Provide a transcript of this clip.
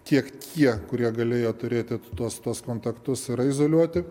tiek tie kurie galėjo turėti tuos tuos kontaktus yra izoliuoti